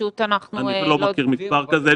אני לא מכיר מספר כזה,